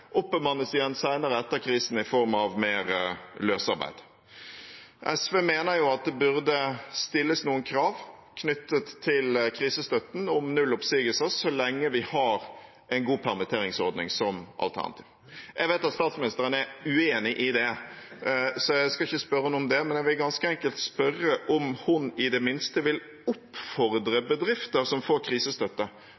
oppbemannes igjen senere etter krisen i form av mer løsarbeid. SV mener at det burde stilles krav om null oppsigelser knyttet til krisestøtten, så lenge vi har en god permitteringsordning som alternativ. Jeg vet at statsministeren er uenig i det, så jeg skal ikke spørre henne om det, men jeg vil ganske enkelt spørre om hun i det minste vil oppfordre